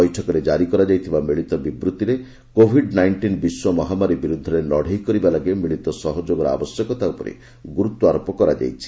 ବୈଠକରେ ଜାରି କରାଯାଇଥିବା ମିଳିତ ବିବୃତ୍ତିରେ କୋଭିଡ ନାଇଷ୍ଟିନ୍ ବିଶ୍ୱ ମହାମାରୀ ବିରୂଦ୍ଧରେ ଲଢ଼େଇ କରିବା ଲାଗି ମିଳିତ ସହଯୋଗର ଆବଶ୍ୟକତା ଉପରେ ଗୁରୁତ୍ୱ ଆରୋପ କରାଯାଇଛି